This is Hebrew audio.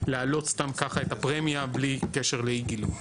להעלות סתם ככה את הפרמיה בלי קשר לאי גילוי.